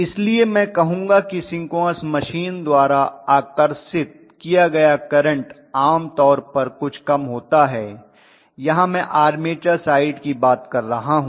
इसलिए मैं कहूंगा कि सिंक्रोनस मशीन द्वारा आकर्षित किया गया करंट आमतौर पर कुछ कम होता है यहाँ मैं आर्मेचर साइड की बात कर रहा हूं